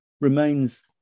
remains